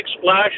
splash